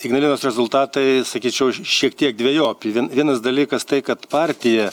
ignalinos rezultatai sakyčiau šiek tiek dvejopi vien vienas dalykas tai kad partija